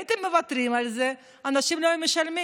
הייתם מוותרים על זה, אנשים לא היו משלמים.